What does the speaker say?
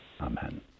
amen